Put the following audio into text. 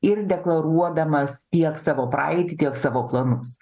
ir deklaruodamas tiek savo praeitį tiek savo planus